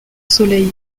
soleil